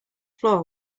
floor